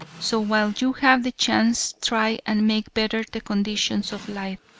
so while you have the chance try and make better the conditions of life,